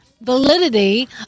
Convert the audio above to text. Validity